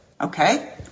okay